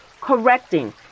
correcting